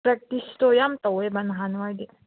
ꯄ꯭ꯔꯦꯛꯇꯤꯁꯇꯣ ꯌꯥꯝ ꯇꯧꯋꯦꯕ ꯅꯍꯥꯟꯋꯥꯏꯗꯤ